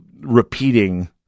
repeating